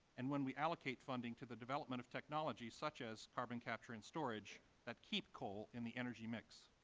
and when we allocate funding to the development of technology such as carbon capture and storage that keep coal in the energy mix.